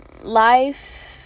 Life